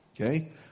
Okay